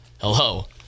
hello